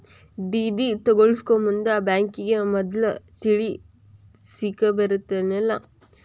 DD ತಗ್ಸ್ಕೊಳೊಮುಂದ್ ಬ್ಯಾಂಕಿಗೆ ಮದ್ಲ ತಿಳಿಸಿರ್ಬೆಕಂತೇನಿಲ್ಲಾ